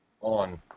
on